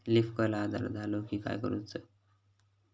Leaf curl आजार झालो की काय करूच?